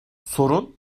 sorun